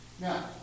Now